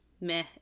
meh